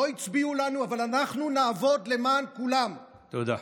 לא הצביעו לנו, אבל אנחנו נעבוד למען כולם, תודה.